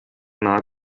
nada